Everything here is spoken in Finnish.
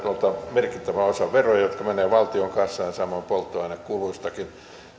merkittävä osa on veroja jotka menevät valtion kassaan samoin polttoainekuluistakin